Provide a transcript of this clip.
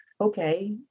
okay